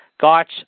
Gotch